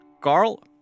Carl